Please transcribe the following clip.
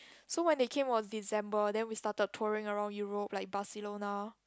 so when they came it was December then we started touring around Europe like Barcelona